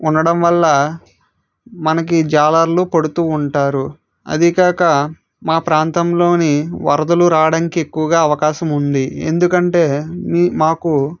ఉండడంవల్ల మనకి జాలర్లు పడుతు ఉంటారు అదేకాక మా ప్రాంతంలో వరదలు రావడానికి ఎక్కువగా అవకాశం ఉంది ఎందుకంటే మీ మాకు